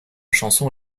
chanson